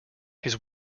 his